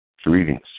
Greetings